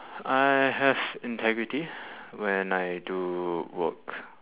I have integrity when I do work